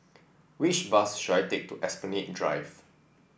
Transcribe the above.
which bus should I take to Esplanade Drive